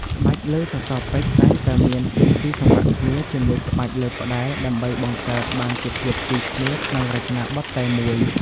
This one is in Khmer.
ក្បាច់លើសសរពេជ្រតែងតែមាន ភាពស៊ីសង្វាក់គ្នា ជាមួយក្បាច់លើផ្តែរ ដើម្បីបង្កើតបានជាភាពសុីគ្នាក្នុងរចនាបថតែមួយ។